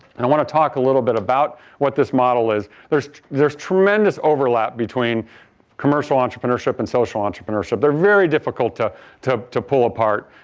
and i want to talk a little bit about what this model is. there is there is tremendous overlap between commercial entrepreneurship and social entrepreneurship. they're very difficult to to pull apart.